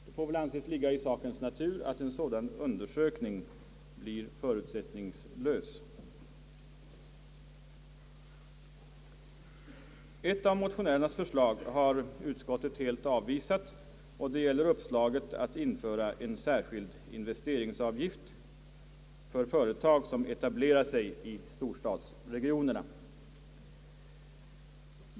Det får anses ligga i sakens natur att en sådan undersökning blir förutsättningslös. Ett av motionärernas förslag har utskottet helt avvisat, och det gäller uppslaget att införa en särskild investeringsavgift för företag som etablerar sig i storstadsregionerna.